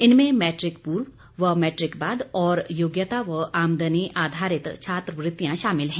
इनमें मैट्रिक पूर्व व मैट्रिक बाद और योग्यता व आमदनी आधारित छात्रवृत्तियां शामिल हैं